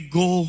go